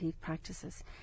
practices